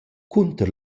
cunter